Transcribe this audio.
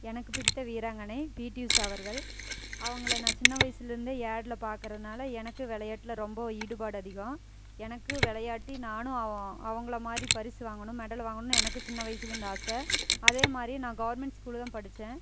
எனக்கு பிடித்த வீராங்கனை பீட்டி உஷா அவர்கள் அவங்களை நான் சின்ன வயசுலேருந்தே ஆட்டில் பார்க்குறதுனால எனக்கு விளையாட்ல ரொம்ப ஈடுபாடு அதிகம் எனக்கு விளையாட்டி நானும் அவங்களை மாதிரி பரிசு வாங்கணும் மெடல் வாங்கணும்னு எனக்கும் சின்ன வயசுலேருந்து ஆசை அதே மாதிரி நான் கவர்மெண்ட் ஸ்கூலில்தான் படித்தேன்